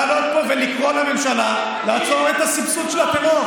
לעלות לפה ולקרוא לממשלה לעצור את הסבסוד של הטרור.